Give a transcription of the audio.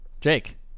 Jake